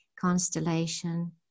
constellation